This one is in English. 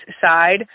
side